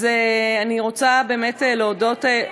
אז אני רוצה באמת להודות,